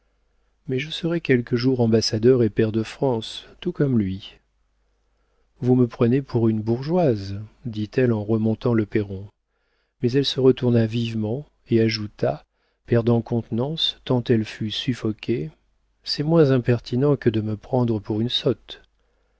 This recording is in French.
mais je serai quelque jour ambassadeur et pair de france tout comme lui vous me prenez pour une bourgeoise dit-elle en remontant le perron mais elle se retourna vivement et ajouta perdant contenance tant elle fut suffoquée c'est moins impertinent que de me prendre pour une sotte